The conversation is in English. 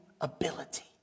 ability